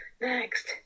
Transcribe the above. Next